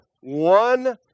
one